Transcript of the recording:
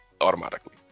automatically